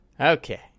Okay